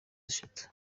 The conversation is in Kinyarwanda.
eshatu